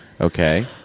Okay